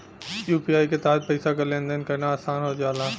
UPI के तहत पइसा क लेन देन करना आसान हो जाला